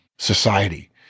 society